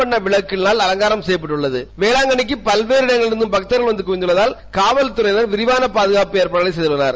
வண்ண விளக்குகளினால் அலங்காரம் செய்யப்பட்டுள்ளது வேளாங்கண்ணிக்கு பல்வேறு இடங்களிலிருந்தம் பக்தர்கள் வந்து குவிந்துள்ளதால் காவல்துறையினர் விரிவான பாதுகாப்பு ஏற்பாடுகளை செய்துள்ளனர்